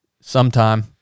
sometime